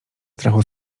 strachu